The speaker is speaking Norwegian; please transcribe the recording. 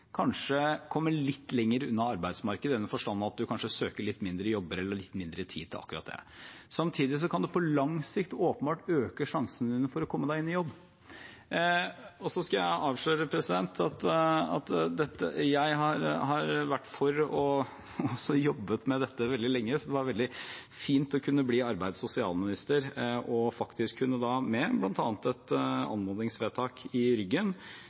kanskje kommer litt lenger unna arbeidsmarkedet, i den forstand at man kanskje søker på litt færre jobber eller har litt mindre tid til akkurat det. Samtidig kan det på lang sikt åpenbart øke sjansene for å komme seg inn i jobb. Så skal jeg avsløre at jeg har vært for dette og har også jobbet med dette veldig lenge. Det var veldig fint å bli arbeids- og sosialminister og faktisk – med bl.a. et anmodningsvedtak i ryggen